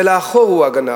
אלא החור הוא הגנב.